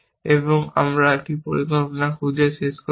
এবং আমরা একটি পরিকল্পনা খুঁজে শেষ করেছি